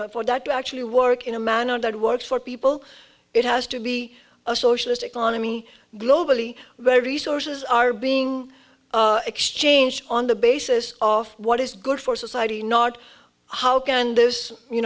know for that to actually work in a manner that works for people it has to be a socialist economy globally very resources are being exchanged on the basis of what is good for society not how